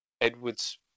Edwards